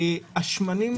שמנים